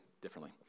differently